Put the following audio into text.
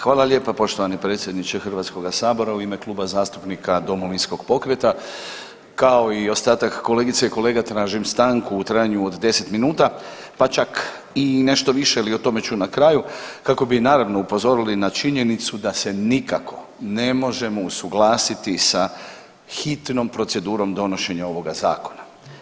Hvala lijepa poštovani predsjedniče HS-a, u ime Kluba zastupnika Domovinskog pokreta kao i ostatak kolegica i kolega tražim stanku u trajanju od 10 minuta pa čak i nešto više, ali o tome ću na kraju, kako bi naravno, upozorili na činjenicu da se nikako ne možemo usuglasiti sa hitnom procedurom donošenja ovoga Zakona.